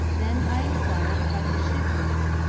then i inquire about the shi'vwits,